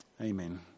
Amen